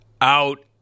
Out